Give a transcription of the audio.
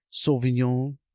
Sauvignon